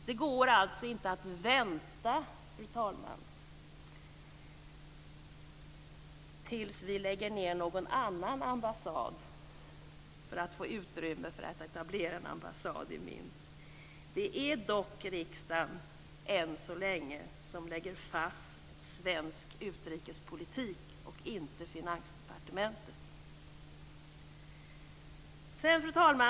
Det går alltså inte att vänta, fru talman, tills vi lägger ned en annan ambassad för att få utrymme för att etablera en ambassad i Minsk. Det är än så länge riksdagen som lägger fast svensk utrikespolitik, inte Fru talman!